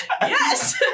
Yes